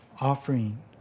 offering